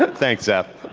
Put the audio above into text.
but thanks, seth.